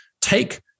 take